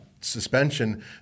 suspension